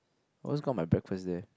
once got my breakfast there